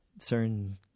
certain